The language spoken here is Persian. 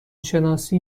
شناسی